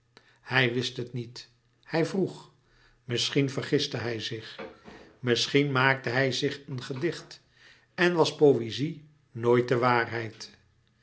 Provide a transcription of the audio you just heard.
hij wist het niet hij vroeg misschien vergistte hij zich misschien maakte hij zich een gedicht en was poëzie nooit de waarheid